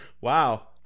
Wow